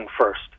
first